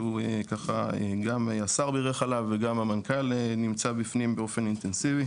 וגם השר בירך עליו וגם המנכ"ל נמצא בפנים באופן אינטנסיבי.